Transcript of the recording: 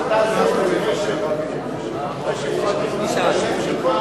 איך אנחנו יכולים בלעדיך?